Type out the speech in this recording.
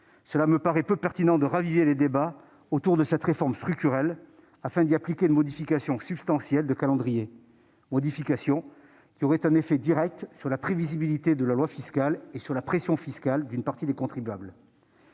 Il me paraît peu pertinent de raviver les débats autour de cette réforme structurelle, en y appliquant une modification substantielle de calendrier, modification qui aurait un effet direct sur la prévisibilité de loi fiscale et sur la pression fiscale d'une partie des contribuables.